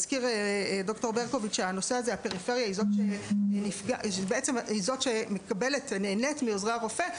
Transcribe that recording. הזכיר ד"ר ברקוביץ שהפריפריה היא זאת שתהנה מעוזרי הרופא.